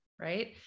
right